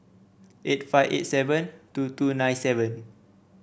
eight five eight seven two two nine seven